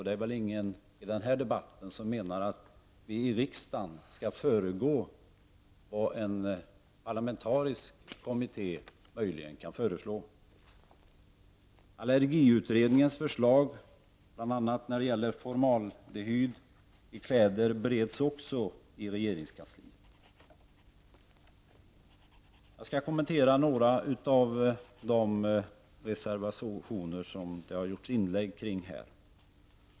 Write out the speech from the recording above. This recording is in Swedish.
Det är väl ingen i denna debatt som menar att vi i riksdagen skall föregå vad en parlamentarisk kommitté möjligen kan föreslå. Allergiutredningens förslag, bl.a. om formaldehyd i kläder, bereds också i regeringskansliet. Jag skall kommentera några av de reservationer som berörts i inläggen här.